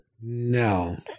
No